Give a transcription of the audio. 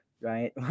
right